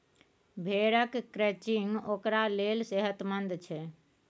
भेड़क क्रचिंग ओकरा लेल सेहतमंद छै